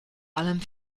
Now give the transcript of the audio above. allem